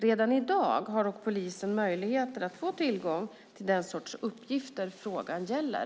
Redan i dag har dock polisen möjligheter att få tillgång till den sorts uppgifter som frågan gäller.